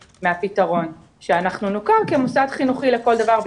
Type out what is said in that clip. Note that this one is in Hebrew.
מהפתרון שאנחנו נוכר כמוסד חינוכי לכל דבר,